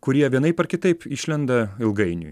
kurie vienaip ar kitaip išlenda ilgainiui ilgainiui